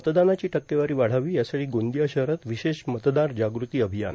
मतदानाची टक्केवारी वाढावी यासाठी गर्गादया शहरात विशेष मतदार जागृती अभियान